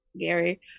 Gary